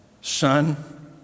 son